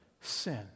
sin